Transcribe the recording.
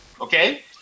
okay